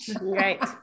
Right